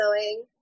sewing